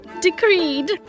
Decreed